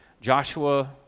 Joshua